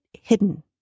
hidden